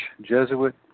Jesuit